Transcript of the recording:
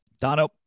Dono